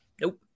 Nope